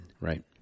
right